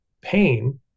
pain